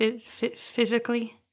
Physically